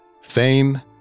Fame